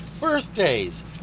birthdays